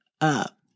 up